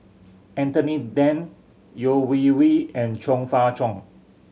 Anthony Then Yeo Wei Wei and Chong Fah Cheong